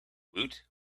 woot